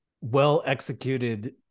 well-executed